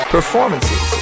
Performances